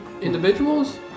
individuals